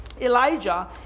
Elijah